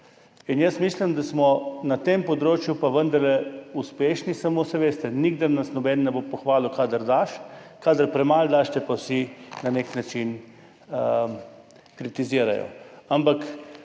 Mislim, da smo na tem področju pa vendarle uspešni. Samo, saj veste, nikdar nas nihče ne bo pohvalil, kadar daš; kadar premalo daš, te pa vsi na nek način kritizirajo. Ampak